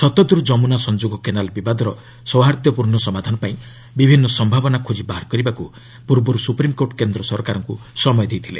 ଶତଦ୍ର୍ଦ୍ରମୁନା ସଂଯୋଗ କେନାଲ୍ ବିବାଦର ସୌହାର୍ଦ୍ଦ୍ୟପୂର୍ଣ୍ଣ ସମାଧାନପାଇଁ ବିଭିନ୍ନ ସମ୍ଭାବନା ଖୋଜି ବାହାର କରିବାକୁ ପୂର୍ବରୁ ସୁପ୍ରିମ୍କୋର୍ଟ କେନ୍ଦ୍ର ସରକାରଙ୍କୁ ସମୟ ଦେଇଛନ୍ତି